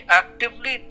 actively